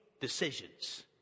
decisions